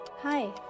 hi